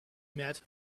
met